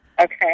Okay